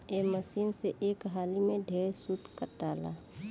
ए machine से एक हाली में ढेरे सूत काताला